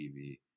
TV